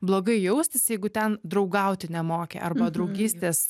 blogai jaustis jeigu ten draugauti nemoki arba draugystės